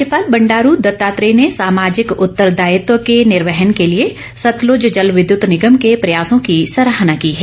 राज्यपाल राज्यपाल बंड़ारू दत्तात्रेय ने सामाजिक उत्तरदायित्व के निर्वहन के लिए सतलुत जल विद्युत निगम के प्रयासों की सराहना की है